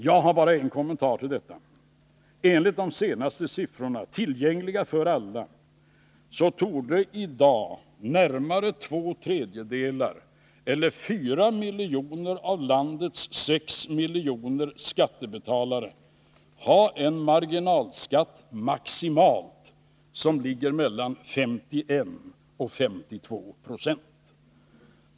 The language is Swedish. Jag har bara en kommentar till detta: Enligt de senaste siffrorna, tillgängliga för alla, torde i dag närmare två tredjedelar eller fyra miljoner av landets sex miljoner skattebetalare ha en marginalskatt som maximalt ligger mellan 51 och 52 96.